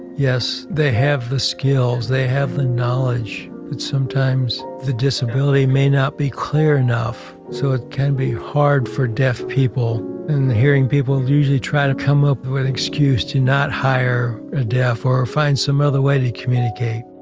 yes. they have the skills. they have the knowledge, but sometimes, the disability may not be clear enough, so it can be hard for deaf people, and hearing people usually try to come up with an excuse to not hire a deaf or or find some other way to communicate.